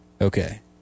Okay